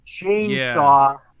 chainsaw